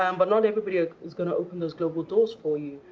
um but not everybody ah is going to open those global doors for you.